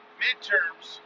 midterms